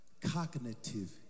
cognitive